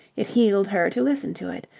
it healed her to listen to it.